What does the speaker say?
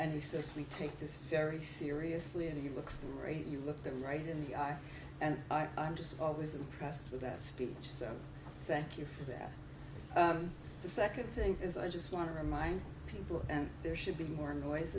says we take this very seriously and he looks great you look them right in the eye and i'm just always impressed with that speech so thank you for that the second thing is i just want to remind people and there should be more noise